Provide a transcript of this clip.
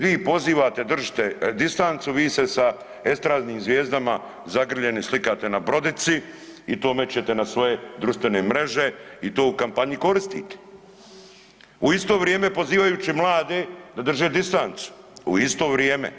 Vi pozivate držite distancu, vi se sa estradnim zvijezdama zagrljeni slikate na brodici i to mečete na svoje društvene mreže i to u kampanji koristite u isto vrijeme pozivajući mlade da drže distancu, u isto vrijeme.